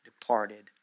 departed